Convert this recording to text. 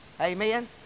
Amen